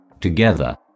Together